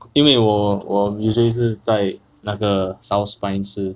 因为我我 usually 是在那个 south spine 吃